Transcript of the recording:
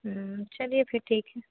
चलिए फिर ठीक है